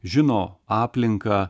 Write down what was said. žino aplinką